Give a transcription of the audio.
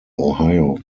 ohio